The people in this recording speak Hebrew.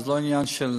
זה לא עניין של